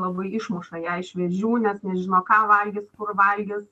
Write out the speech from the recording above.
labai išmuša ją iš vėžių nes nežino ką valgys kur valgys